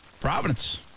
Providence